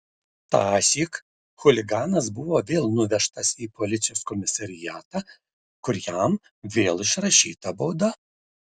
tąsyk chuliganas buvo vėl nuvežtas į policijos komisariatą kur jam vėl išrašyta bauda